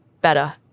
better